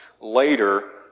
later